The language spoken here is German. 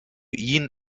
ihn